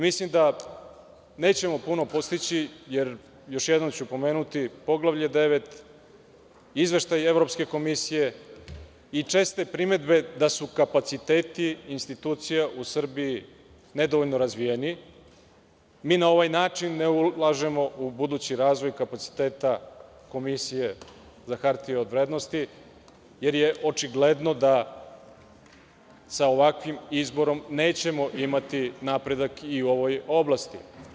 Mislim da nećemo puno postići jer, još jednom ću pomenuti, poglavlje 9, izveštaj Evropske komisije i česte primedbe da su kapaciteti institucija u Srbiji nedovoljno razvijeni, mi na ovaj način ne ulažemo u budući razvoj kapaciteta Komisije za hartije od vrednosti jer je očigledno da sa ovakvim izborom nećemo imati napredak i u ovoj oblasti.